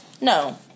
No